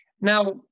Now